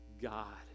God